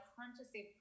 consciously